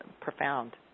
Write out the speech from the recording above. profound